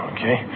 Okay